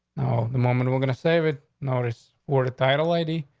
no. the moment we're gonna save it, notice or the title lady,